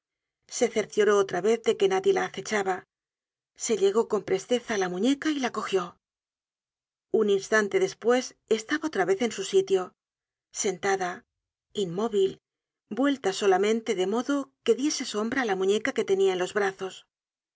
se cercioró otra vez de que nadie la acechaba se llegó con presteza á la muñeca y la cogió un instante despues estaba otra vez en su sitio sentada inmóvil vuelta solamente de modo que diese sombra á la muñeca que tenia en los brazos